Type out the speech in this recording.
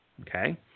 okay